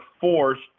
forced